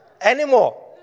anymore